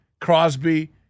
Crosby